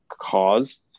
cause